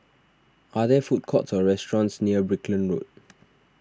are there food courts or restaurants near Brickland Road